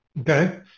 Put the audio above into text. Okay